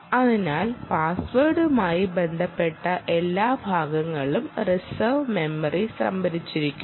അതിനാൽ പാസ്വേഡുമായി ബന്ധപ്പെട്ട എല്ലാ ഭാഗങ്ങളും റിസർവ്ഡ് മെമ്മറിയിൽ സംഭരിച്ചിരിക്കുന്നു